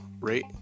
rate